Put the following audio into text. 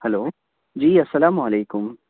hello جی السلام علیکم